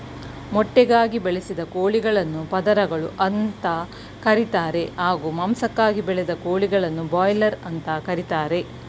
ಮೊಟ್ಟೆಗಾಗಿ ಬೆಳೆಸಿದ ಕೋಳಿಗಳನ್ನು ಪದರಗಳು ಅಂತ ಕರೀತಾರೆ ಹಾಗೂ ಮಾಂಸಕ್ಕಾಗಿ ಬೆಳೆದ ಕೋಳಿಗಳನ್ನು ಬ್ರಾಯ್ಲರ್ ಅಂತ ಕರೀತಾರೆ